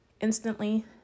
Instantly